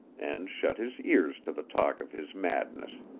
and shut his ears to the talk of his madness.